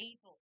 evil